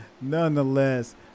Nonetheless